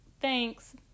thanks